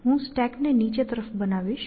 હું સ્ટેક ને નીચે તરફ બનાવીશ